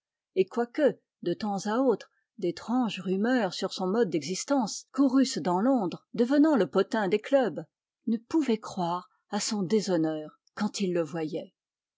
et quoique de temps à autre d'étranges rumeurs sur son mode d'existence courussent dans londres devenant le potin des clubs ne pouvaient croire à son déshonneur quand ils le voyaient